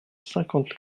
cinquante